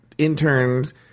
interns